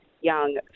young